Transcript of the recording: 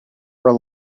were